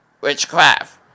witchcraft